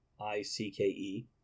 I-C-K-E